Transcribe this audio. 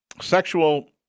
sexual